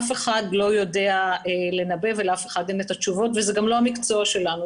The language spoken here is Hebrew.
אף אחד לא יודע לנבא ולאף אחד אין את התשובות וזה גם לא המקצוע שלנו.